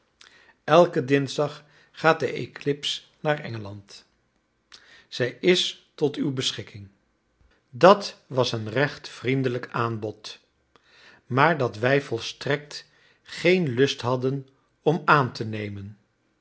elken dinsdag gaat de eclips naar engeland zij is tot uw beschikking dat was een recht vriendelijk aanbod maar dat wij volstrekt geen lust hadden om aan te nemen